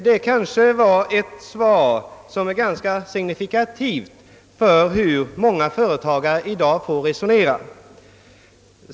Det exemplet var kanske ganska signifikativt för hur många företagare i dag får resonera.